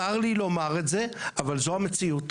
צר לי לומר את זה, אבל זו המציאות.